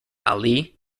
ali